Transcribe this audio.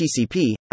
TCP